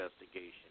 investigation